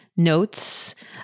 notes